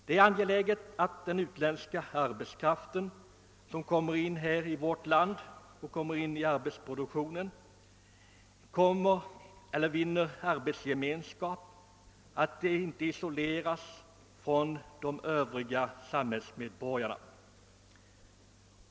Det är angeläget att den utländska arbetskraft som kommer in i vårt land och i arbetsproduktionen känner gemenskap och inte isoleras från övriga samhällsmedborgare.